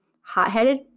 hot-headed